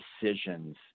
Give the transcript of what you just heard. decisions